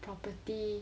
property